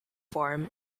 form